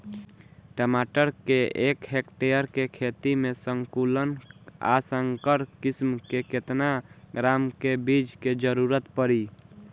टमाटर के एक हेक्टेयर के खेती में संकुल आ संकर किश्म के केतना ग्राम के बीज के जरूरत पड़ी?